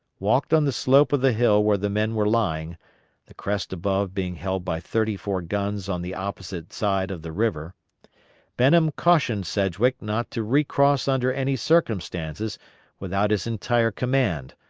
walked on the slope of the hill where the men were lying the crest above being held by thirty-four guns on the opposite side of the river benham cautioned sedgwick not to recross under any circumstances without his entire command,